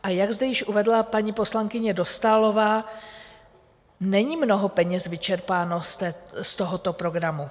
A jak zde již uvedla paní poslankyně Dostálová, není mnoho peněz vyčerpáno z tohoto programu.